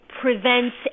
prevents